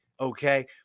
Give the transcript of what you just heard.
Okay